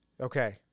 okay